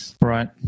Right